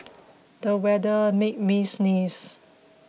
the weather made me sneeze